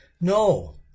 No